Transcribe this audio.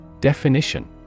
Definition